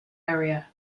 area